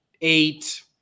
eight